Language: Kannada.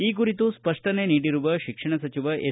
ಈ ಕುರಿತು ಸ್ವಷ್ನನೆ ನೀಡಿರುವ ಶಿಕ್ಷಣ ಸಚಿವ ಎಸ್